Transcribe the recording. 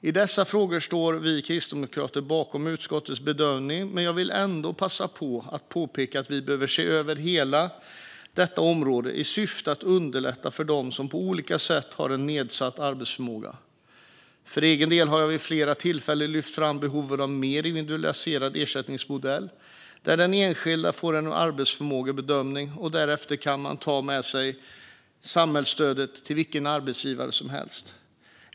I dessa frågor står vi kristdemokrater bakom utskottets bedömning, men jag vill ändå passa på att påpeka att vi behöver se över hela detta område i syfte att underlätta för dem som på olika sätt har nedsatt arbetsförmåga. För egen del har jag vid flera tillfällen lyft fram behovet av en mer individualiserad ersättningsmodell, där den enskilde får en arbetsförmågebedömning och därefter kan ta med sig samhällsstödet till vilken arbetsgivare som helst.